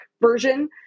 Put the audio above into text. version